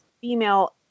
female